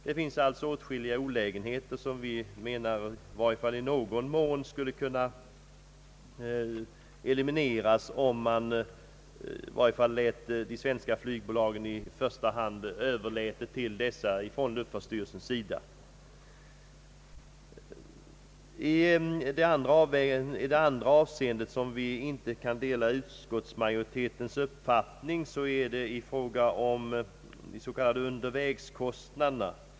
Det finns alltså åtskilliga olägenheter som enligt vår mening åtminstone i någon mån skulle kunna elimineras om i varje fall de svenska flygbolagen fick överta ramptjänsten från luftfartsstyrelsen. Det andra avsnitt där vi inte kan dela utskottsmajoritetens uppfattning gäller de s.k. undervägskostnaderna.